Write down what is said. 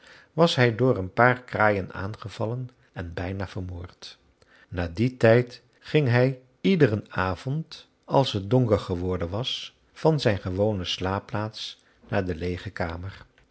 was hij door een paar kraaien aangevallen en bijna vermoord na dien tijd ging hij iederen avond als het donker geworden was van zijn gewone slaapplaats naar de leege kamer